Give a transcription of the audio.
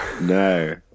no